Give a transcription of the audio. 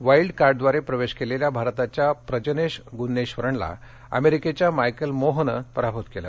wild कार्डद्वारे प्रवेश केलेल्या भारताच्या प्रजनेश गुन्नेश्वरणला अमेरिकेच्या मायकेल मोहनं पराभूत केलं